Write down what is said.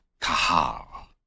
kahal